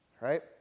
right